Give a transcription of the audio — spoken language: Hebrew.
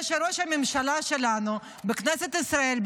זה שראש הממשלה שלנו בכנסת ישראל,